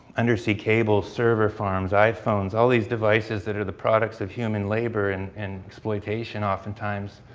undersea cable server farms, iphones, all these devices that are the products of human labor and and exploitation oftentimes